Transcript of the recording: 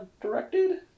directed